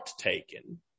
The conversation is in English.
taken